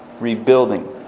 rebuilding